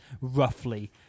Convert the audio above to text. roughly